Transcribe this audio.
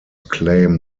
claim